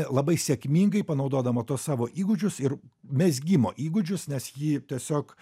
labai sėkmingai panaudodama tuos savo įgūdžius ir mezgimo įgūdžius nes ji tiesiog